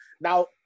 Now